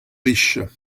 riche